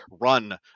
run